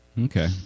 Okay